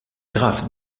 graphe